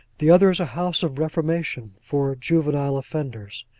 the other is a house of reformation for juvenile offenders.